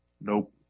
Nope